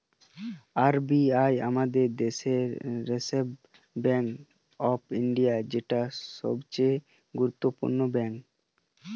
R B I আমাদের দেশের reserve bank of India, যেটা সবচে গুরুত্বপূর্ণ ব্যাঙ্ক